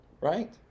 right